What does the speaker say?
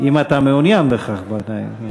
אם אתה מעוניין בכך, בוודאי.